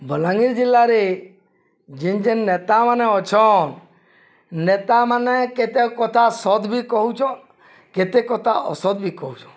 ବଲାଙ୍ଗୀର ଜିଲ୍ଲାରେ ଯେନ୍ ଯେନ୍ ନେତାମାନେ ଅଛନ୍ ନେତାମାନେ କେତେ କଥା ସତ୍ ବି କହୁଛନ୍ କେତେ କଥା ଅସତ୍ ବି କହୁଛନ୍